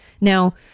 Now